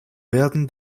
werden